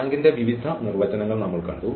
റാങ്കിന്റെ വിവിധ നിർവചനങ്ങൾ നമ്മൾ കണ്ടു